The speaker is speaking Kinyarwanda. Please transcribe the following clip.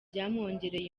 byamwongereye